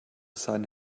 seinen